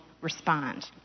respond